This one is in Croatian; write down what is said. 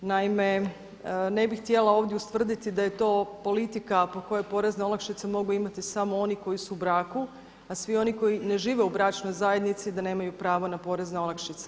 Naime, ne bih htjela ovdje ustvrditi da je to politika po kojoj porezne olakšice mogu imati samo oni koji su u braku, a svi oni koji ne žive u bračnoj zajednici da nemaju pravo na porezne olakšice.